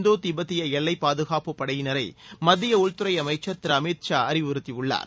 இந்தோ திபெத்திய எல்லை பாதுகாப்புப் படையினரை மத்திய உள்துறை அமைச்சர் திரு அமித் ஷா அறிவுறுத்தியுள்ளார்